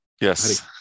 Yes